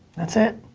that's it.